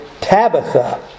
Tabitha